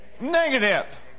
negative